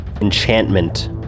enchantment